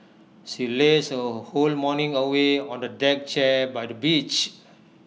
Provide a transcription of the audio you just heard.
she lazed her whole morning away on A deck chair by the beach